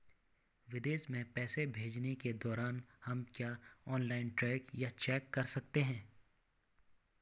विदेश में पैसे भेजने के दौरान क्या हम ऑनलाइन ट्रैक या चेक कर सकते हैं?